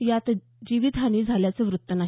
यात जीवितहानी झाल्याचं वृत्त नाही